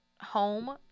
home